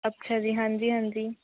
ਅੱਛਾ ਜੀ ਹਾਂਜੀ ਹਾਂਜੀ